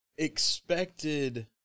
Expected